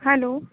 hello